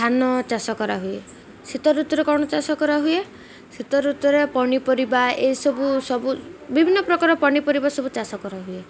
ଧାନ ଚାଷ କରାହୁଏ ଶୀତ ଋତୁରେ କ'ଣ ଚାଷ କରାହୁଏ ଶୀତ ଋତୁରେ ପନିପରିବା ଏସବୁ ସବୁ ବିଭିନ୍ନ ପ୍ରକାର ପନିପରିବା ସବୁ ଚାଷ କରାହୁଏ